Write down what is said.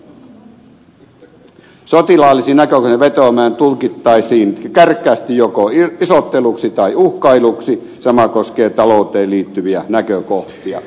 sotilaallisiin näkökohtiin vetoaminen tulkittaisiin kärkkäästi joko isotteluksi tai uhkailuksi ja sama koskee talouteen liittyviä näkökohtia